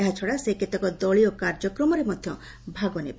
ଏହାଛଡ଼ା ସେ କେତେକ ଦଳୀୟ କାର୍ଯ୍ୟକ୍ରମରେ ମଧ୍ୟ ଭାଗ ନେବେ